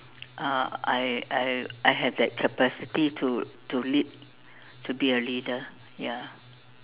uh I I I had that capacity to to lead to be a leader ya